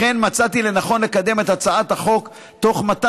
לכן מצאתי לנכון לקדם את הצעת החוק ולתת